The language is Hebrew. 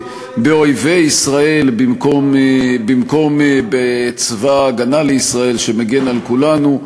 באויבי ישראל במקום בצבא הגנה לישראל שמגן על כולנו.